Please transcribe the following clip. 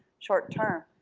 short-term.